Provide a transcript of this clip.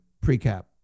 pre-cap